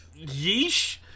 yeesh